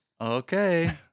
Okay